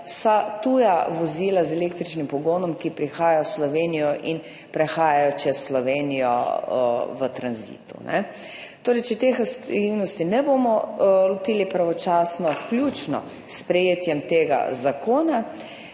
vsa tuja vozila z električnim pogonom, ki prihajajo v Slovenijo in prehajajo Slovenijo v tranzitu. Torej, če se teh aktivnosti ne bomo lotili pravočasno, vključno s sprejetjem tega zakona,